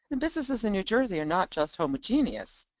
and businesses in new jersey are not just homogeneous.